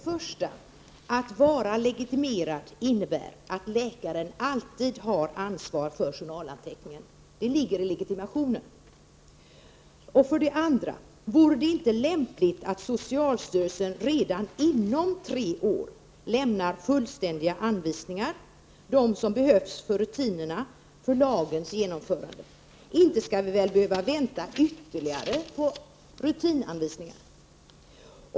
Fru talman! För det första har alltid en legitimerad läkare ansvaret för 8 december 1988 förda journalanteckningar. Det hör ihop med legitimationen. För det andra måste jag fråga om det inte vore lämpligt att socialstyrelsen redan inom loppet av tre år lämnar fullständiga anvisningar — dessa behövs för rutinerna och för lagens genomförande. Inte skall vi väl behöva vänta ytterligare en tid på anvisningar om rutinerna.